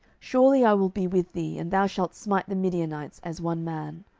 surely i will be with thee, and thou shalt smite the midianites as one man.